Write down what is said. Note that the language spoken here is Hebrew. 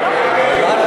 ההצעה